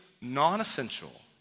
non-essential